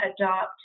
adopt